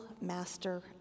master